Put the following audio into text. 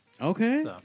Okay